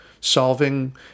solving